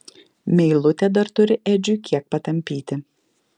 meilutė dar turi edžiui kiek patampyti